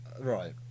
Right